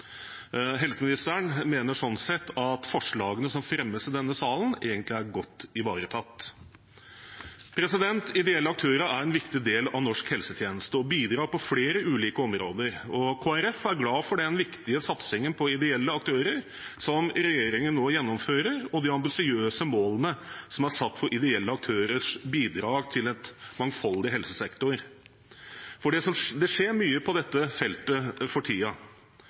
Helseministeren mener slik sett at forslagene som fremmes i denne salen, er godt ivaretatt. Ideelle aktører er en viktig del av norsk helsetjeneste og bidrar på flere ulike områder. Kristelig Folkeparti er glade for den viktige satsingen på ideelle aktører som regjeringen nå gjennomfører, og de ambisiøse målene som er satt for ideelle aktørers bidrag til en mangfoldig helsesektor. Det skjer